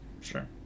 Sure